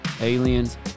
aliens